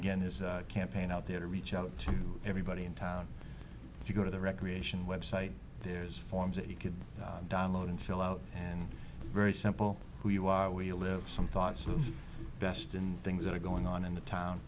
again his campaign out there to reach out to everybody in town if you go to the recreation website there's forms that you can download and fill out and very simple who you are where you live some thoughts best and things that are going on in the town